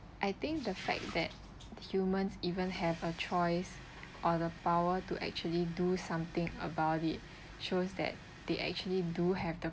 I think the fact that humans even have a choice or the power to actually do something about it shows that they actually do have the